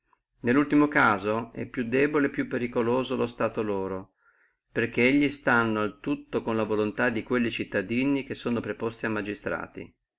nellultimo caso è più debole e più periculoso lo stare loro perché gli stanno al tutto con la voluntà di quelli cittadini che sono preposti a magistrati